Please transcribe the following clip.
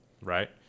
Right